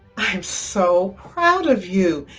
i'm so proud of you!